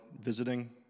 visiting